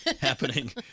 happening